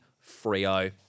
Frio